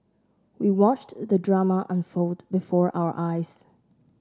we watched the drama unfold before our eyes